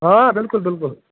آ بِلکُل بلِکُل